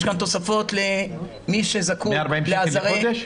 יש תוספות למי שזקוק --- לחודש?